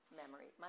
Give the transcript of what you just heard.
memory